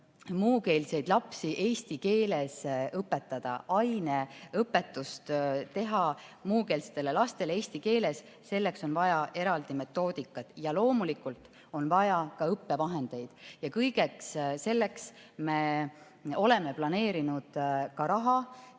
muukeelseid lapsi eesti keeles õpetada, ainet õpetada muukeelsetele lastele eesti keeles, selleks on vaja eraldi metoodikaid ja loomulikult on vaja ka õppevahendeid. Kõigeks selleks me oleme planeerinud ka raha. Ma